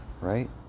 right